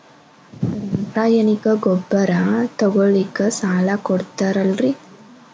ರಾಸಾಯನಿಕ ಗೊಬ್ಬರ ತಗೊಳ್ಳಿಕ್ಕೆ ಸಾಲ ಕೊಡ್ತೇರಲ್ರೇ?